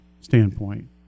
standpoint